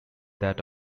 that